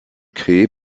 créé